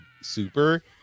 Super